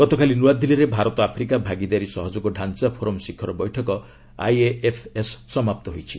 ଗତକାଲି ନୃଆଦିଲ୍ଲୀରେ ଭାରତ ଆଫ୍ରିକା ଭାଗିଦାରୀ ସହଯୋଗ ଢ଼ାଞ୍ଚା ଫୋରମ ଶିଖର ବୈଠକ ଆଇଏଏଫ୍ଏସ୍ ସମାପ୍ତ ହୋଇଛି